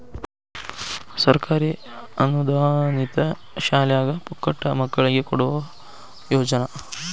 ಸರ್ಕಾರಿ ಅನುದಾನಿತ ಶಾಲ್ಯಾಗ ಪುಕ್ಕಟ ಮಕ್ಕಳಿಗೆ ಕೊಡುವ ಯೋಜನಾ